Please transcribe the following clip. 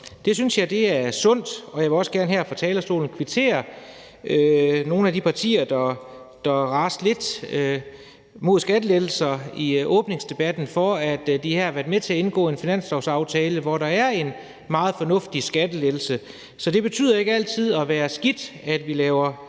Det synes jeg er sundt. Jeg vil også gerne her fra talerstolen kvittere nogle af de partier, der i åbningsdebatten har raset lidt mod skattelettelser, for, at de har været med til at indgå en finanslovsaftale, hvor der er en meget fornuftig skattelettelse. Så det betyder ikke altid, at det behøver at være skidt, at vi laver skattelettelser.